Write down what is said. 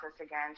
again